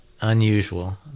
unusual